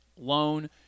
loan